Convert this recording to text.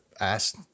asked